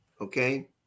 okay